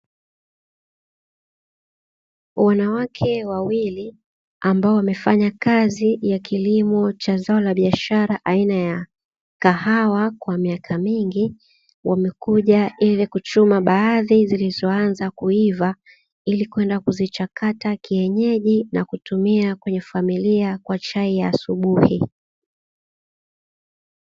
Wanawake wawili ambao wamefanya kazi ya kilimo cha zao la biashara aina ya kahawa kwa miaka mingi ,wamekuja ili kuchuma baadhi zilizoanza kuiva ilikwenda kuzichakata kienyeji na kutumia kwenye familia kwa chai ya asubuhi.